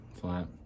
flat